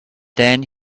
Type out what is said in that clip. then